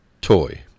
Toy